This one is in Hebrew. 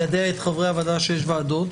אנחנו מקפידים ליידע את חברי הוועדה שיש ועדות.